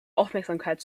aufmerksamkeit